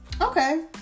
Okay